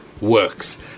works